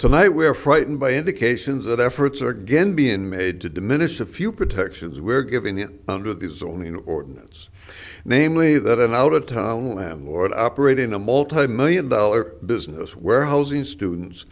tonight we are frightened by indications that efforts are again being made to diminish the few protections we're given under the zoning ordinance namely that an out of town landlord operating a multimillion dollar business warehousing students